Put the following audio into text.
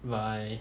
by